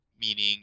Meaning